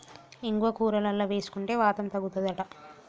ఇంగువ కూరలల్ల వేసుకుంటే వాతం తగ్గుతది అంట